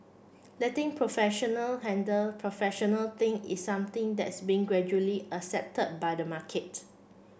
letting professional handle professional thing is something that's being gradually accepted by the market